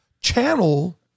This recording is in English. channel